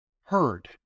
heard